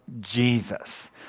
Jesus